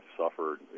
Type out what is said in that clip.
suffered